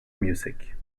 music